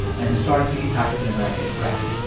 an historically african-american frat.